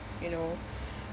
you know